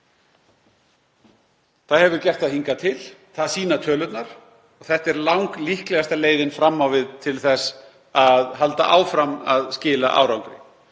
Það hefur gert það hingað til. Það sýna tölurnar. Þetta er langlíklegasta leiðin fram á við til þess að halda áfram að skila árangri.